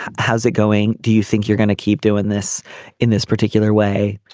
how's it going. do you think you're going to keep doing this in this particular way.